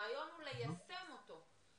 הרעיון הוא ליישם אותו,